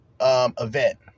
event